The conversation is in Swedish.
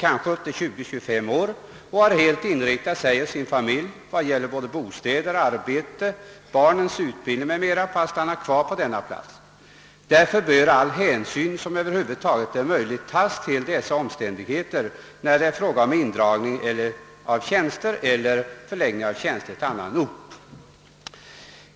kanske 20 eller 25 år och har helt inrättat sig och sin familj — det gäller bostad, arbete, barnens utbildning o. s. v. — för att stanna kvar på denna plats. Därför bör all möjlig hänsyn tas till dessa omständig heter när det är fråga om indragning av tjänster eller förläggning av tjänster till annan ort.